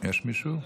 יש מישהו?